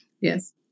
Yes